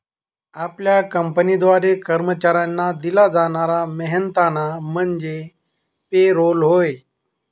आपल्या कंपनीद्वारे कर्मचाऱ्यांना दिला जाणारा मेहनताना म्हणजे पे रोल होय